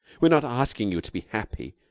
we're not asking you to be happy.